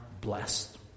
blessed